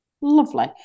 Lovely